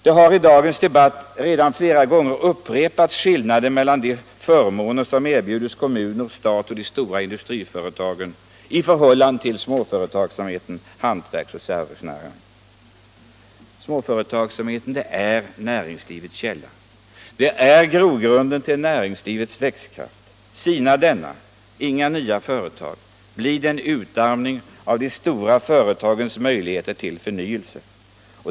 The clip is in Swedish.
Man har i dagens debatt redan flera gånger upprepat skillnaden mellan de förmåner som erbjuds kommuner, stat och de stora industriföretagen och dem som erbjuds småföretagsamhet, hantverks och servicenäringar. Småföretagsamheten är näringslivets källa — den är grogrunden till näringslivets växtkraft. Sinar denna — inga nya företag — blir det en utarmning av de stora företagens möjligheter till förnyelse.